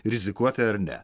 rizikuoti ar ne